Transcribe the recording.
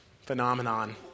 phenomenon